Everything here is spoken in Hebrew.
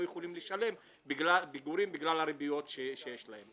יכולים לשלם פיגורים בגלל ריביות שיש להם.